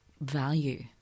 value